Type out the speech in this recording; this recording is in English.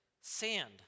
sand